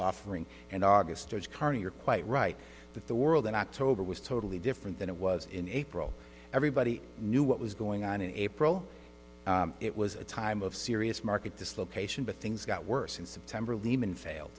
offering and august as carney you're quite right that the world in october was totally different than it was in april everybody knew what was going on in april it was a time of serious market to slow patient but things got worse in september lehman fail